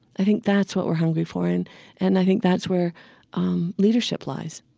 i think that's what we're hungry for and and i think that's where um leadership lies